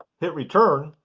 hit return,